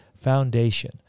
foundation